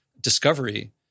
discovery